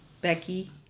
Becky